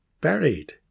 buried